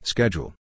Schedule